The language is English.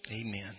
Amen